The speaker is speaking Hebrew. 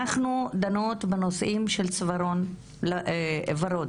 אנחנו דנות בנושאים של צווארון וורוד.